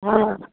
हँ